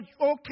okay